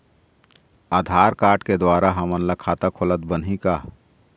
आधार card के द्वारा हमन ला खाता खोलत बनही का?